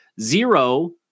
Zero